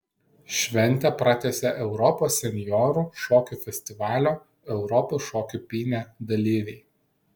šventę pratęsė europos senjorų šokių festivalio europos šokių pynė dalyviai